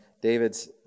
David's